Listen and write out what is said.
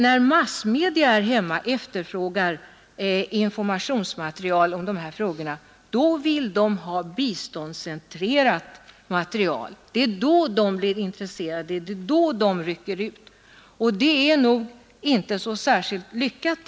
När massmedia här hemma efterfrågar informationsmaterial om biståndsfrågorna vill de ha projektcentrerat material. Det är sådant de är intresserade av och sådant de rycker ut för att få, och det är inte särskilt lyckat.